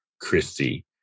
Christie